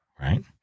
right